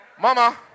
Mama